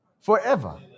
Forever